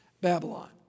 Babylon